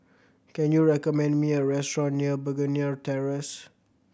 can you recommend me a restaurant near Begonia Terrace